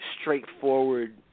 straightforward